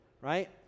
right